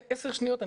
רם,